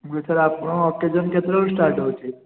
ମୁଁ କହିଲି ସାର୍ ଆପଣ ଅକେଜନ୍ କେତେବେଳୁ ଷ୍ଟାର୍ଟ ହେଉଛି